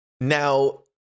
Now